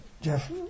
Jeff